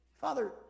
father